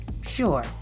sure